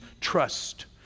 trust